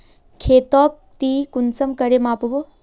खेतोक ती कुंसम करे माप बो?